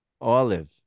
Olive